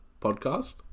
podcast